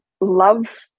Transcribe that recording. love